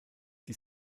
die